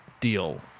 deal